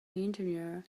engineer